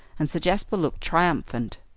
and sir jasper looked triumphant.